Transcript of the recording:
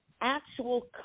actual